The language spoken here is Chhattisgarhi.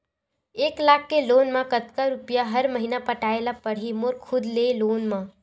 एक लाख के लोन मा कतका रुपिया हर महीना पटाय ला पढ़ही मोर खुद ले लोन मा?